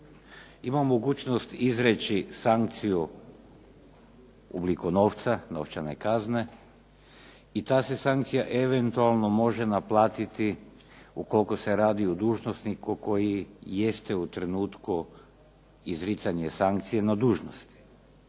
ima mogućnost izreći sankciju u obliku novca, novčane kazne i ta se sankcija eventualno može naplatiti ukoliko se radi o dužnosniku koji jeste u trenutku izricanja sankcije na dužnosti.